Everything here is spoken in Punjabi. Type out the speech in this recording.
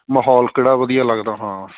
ਮਾਹੌਲ ਕਿਹੜਾ ਵਧੀਆ ਲੱਗਦਾ ਹਾਂ